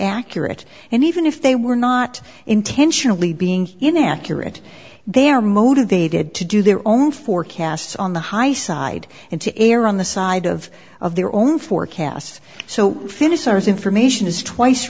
accurate and even if they were not intentionally being inaccurate they are motivated to do their own forecasts on the high side and to err on the side of of their own forecasts so finishers information is twice